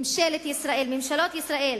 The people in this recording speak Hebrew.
ממשלות ישראל